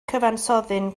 cyfansoddyn